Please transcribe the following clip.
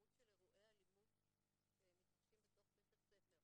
ופירוט של אירועי אלימות שמתרחשים בתוך בית הספר.